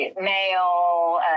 Mail